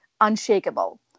unshakable